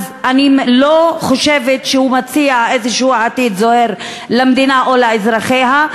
אז אני לא חושבת שהוא מציע איזה עתיד זוהר למדינה או לאזרחיה.